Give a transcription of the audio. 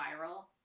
viral